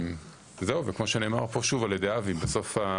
כמו שנאמר פה על ידי אבי, בסוף,